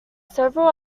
several